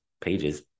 pages